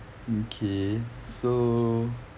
okay so